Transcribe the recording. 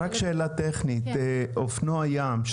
רק שאלה טכנית לגבי אופנוע ים.